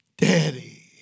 Daddy